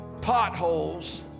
potholes